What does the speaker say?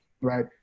right